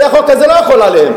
הרי החוק הזה לא יחול עליהם.